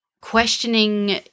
questioning